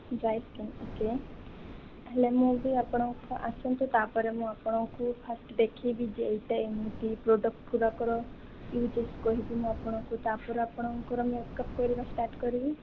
dry skin okay ହେଲେ ମୁଁ ବି ଆପଣଙ୍କୁ ଆସନ୍ତୁ ତାପରେ ମୁଁ ଆପଣଙ୍କୁ ଫାଷ୍ଟ ଦେଖିବି ଯେ ଏଟା ଏମିତି ପ୍ରଡକ୍ଟ ଗୁଡ଼ାକର ୟୁସେଜ୍ କହିବି ମୁଁ ଆପଣଙ୍କୁ ତାପରେ ଆପଣଙ୍କର ମେକଅପଡ କରିବା ଷ୍ଟାର୍ଟ କରିବି